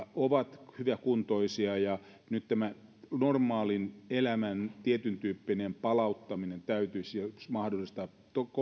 ovat hyväkuntoisia ja nyt tämä normaalin elämän tietyntyyppinen palauttaminen täytyisi mahdollistaa